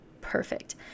perfect